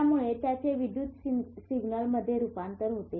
यामुळे त्याचे विद्युत सिग्नलमध्ये रूपांतर होते